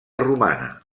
romana